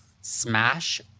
smash